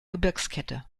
gebirgskette